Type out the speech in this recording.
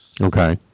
Okay